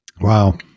Wow